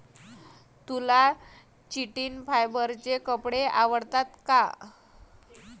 तुला चिटिन फायबरचे कपडे आवडतात का?